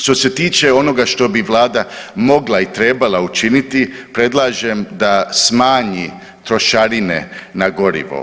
Što se tiče onoga što bi vlada mogla i trebala učiniti predlažem da smanji trošarine na gorivo.